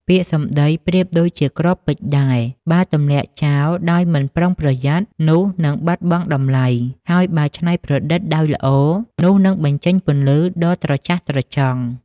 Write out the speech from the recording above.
ពាក្យសម្ដីប្រៀបដូចជាគ្រាប់ពេជ្រដែរ បើទម្លាក់ចោលដោយមិនប្រុងប្រយ័ត្ន នោះនឹងបាត់បង់តម្លៃ ហើយបើច្នៃប្រឌិតដោយល្អ នោះនឹងបញ្ចេញពន្លឺដ៏ត្រចះត្រចង់។